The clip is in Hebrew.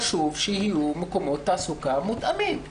חשוב שיהיו מקומות תעסוקה מותאמים,